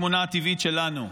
זו התמונה הטבעית שלנו,